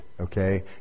okay